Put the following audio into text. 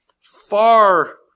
far